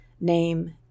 name